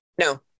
No